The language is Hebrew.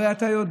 הרי אתה יודע,